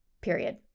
period